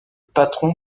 patron